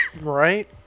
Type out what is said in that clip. Right